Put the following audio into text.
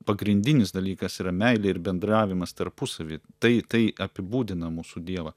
pagrindinis dalykas yra meilė ir bendravimas tarpusavy tai tai apibūdina mūsų dievą